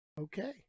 Okay